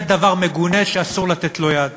זה דבר מגונה שאסור לתת לו יד.